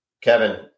Kevin